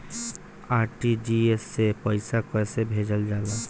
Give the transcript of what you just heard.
RTGS से पइसा कहे भेजल जाला?